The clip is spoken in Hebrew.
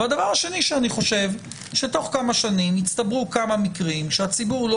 והדבר השני שבתוך כמה שנים יצטברו כמה מקרים שהציבור לא